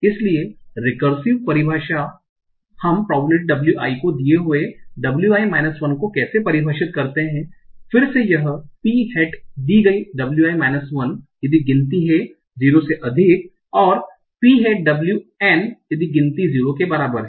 इसलिए recursive परिभाषा इसलिए हम probability wi को दिए गए wi माइनस 1 को कैसे परिभाषित करते हैं फिर से यह है कि P Hat दी गई wi माइनस 1 यदि गिनती है 0 से अधिक और P Hat W n यदि गिनती 0 के बराबर है